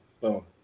boom